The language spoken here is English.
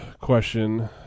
question